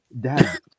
Dad